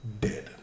Dead